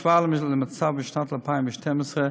בהשוואה למצב בשנת 2012,